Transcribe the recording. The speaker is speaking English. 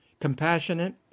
compassionate